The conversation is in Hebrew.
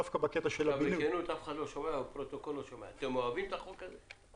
דווקא בקטע של הבינוי --- אתם אוהבים את החוק הזה?